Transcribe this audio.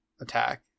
attack